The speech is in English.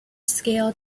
scale